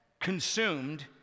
consumed